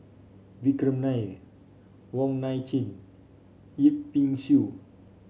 Vikram Nair Wong Nai Chin Yip Pin Xiu